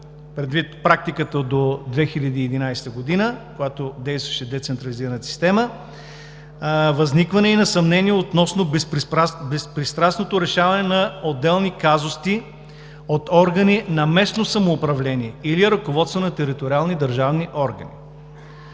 практиката до 2011 г., когато действаше децентрализираната система, възникване и на съмнения относно безпристрастното решаване на отделни казуси от органи на местно самоуправление или ръководства на териториални държавни органи.